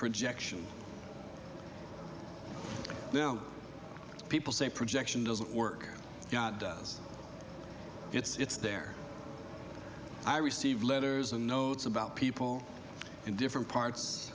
projection them people say projection doesn't work does it's there i receive letters and notes about people in different parts